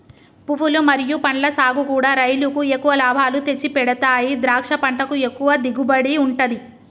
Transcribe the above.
పువ్వులు మరియు పండ్ల సాగుకూడా రైలుకు ఎక్కువ లాభాలు తెచ్చిపెడతాయి ద్రాక్ష పంటకు ఎక్కువ దిగుబడి ఉంటది